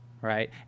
Right